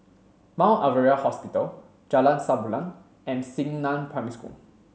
Mount Alvernia Hospital Jalan Samulun and Xingnan Primary School